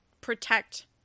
protect